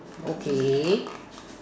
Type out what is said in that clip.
okay